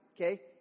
okay